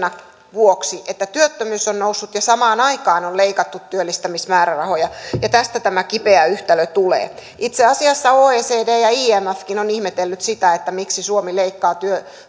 vuoksi että työttömyys on noussut ja samaan aikaan on on leikattu työllistämismäärärahoja ja tästä tämä kipeä yhtälö tulee itse asiassa oecd ja imfkin ovat ihmetelleet sitä miksi suomi leikkaa